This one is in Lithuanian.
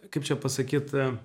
kaip čia pasakyt